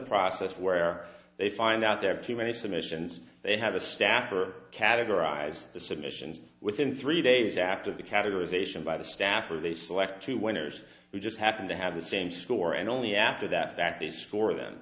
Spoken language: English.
process where they find out there are too many submissions they have a staff or categorize the submissions within three days after the categorization by the staffer they select two winners who just happen to have the same score and only after that that they score then